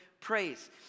praise